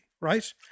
Right